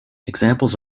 examples